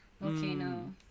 volcano